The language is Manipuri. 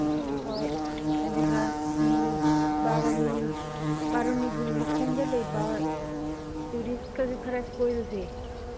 ꯍꯣꯏ ꯑꯗꯨꯒ ꯕꯥꯔꯨꯅꯤ ꯕꯥꯔꯨꯅꯤꯒꯤ ꯃꯈꯣꯡꯗ ꯂꯩꯕ ꯇꯨꯔꯤꯁꯀꯁꯨ ꯈꯔ ꯀꯣꯏꯔꯨꯁꯦ